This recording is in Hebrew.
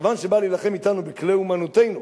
כיוון שבא להילחם אתנו בכלי אומנותנו,